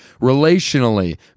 relationally